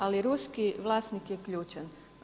Ali ruski vlasnik je ključan.